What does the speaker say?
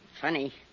Funny